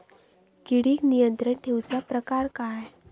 किडिक नियंत्रण ठेवुचा प्रकार काय?